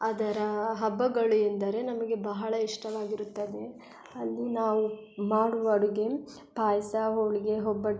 ಅದರ ಹಬ್ಬಗಳು ಎಂದರೆ ನಮಗೆ ಬಹಳ ಇಷ್ಟವಾಗಿರುತ್ತದೆ ಅಲ್ಲಿ ನಾವು ಮಾಡುವ ಅಡುಗೆ ಪಾಯಸ ಹೋಳಿಗೆ ಒಬ್ಬಟ್ಟು